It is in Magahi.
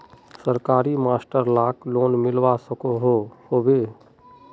सरकारी मास्टर लाक लोन मिलवा सकोहो होबे?